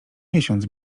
miesiąc